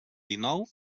dinou